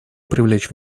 привлечь